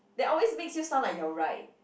that always makes you sound like you're right